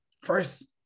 first